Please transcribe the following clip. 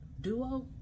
duo